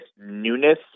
newness